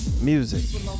music